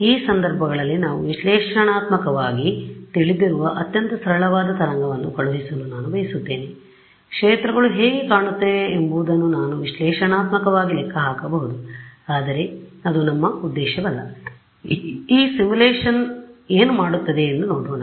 ಈ ಸಂದರ್ಭಗಳಲ್ಲಿ ನಾವು ವಿಶ್ಲೇಷಣಾತ್ಮಕವಾಗಿ ತಿಳಿದಿರುವ ಅತ್ಯಂತ ಸರಳವಾದ ತರಂಗವನ್ನು ಕಳುಹಿಸಲು ನಾನು ಬಯಸುತ್ತೇನೆ ಕ್ಷೇತ್ರಗಳು ಹೇಗೆ ಕಾಣುತ್ತವೆ ಎಂಬುದನ್ನು ನಾವು ವಿಶ್ಲೇಷಣಾತ್ಮಕವಾಗಿ ಲೆಕ್ಕ ಹಾಕಬಹುದು ಆದರೆ ಅದು ನಮ್ಮ ಉದ್ದೇಶವಲ್ಲ ಈ ಸಿಮ್ಯುಲೇಶನ್ ಏನು ಮಾಡುತ್ತದೆ ಎಂದು ನೋಡೋಣ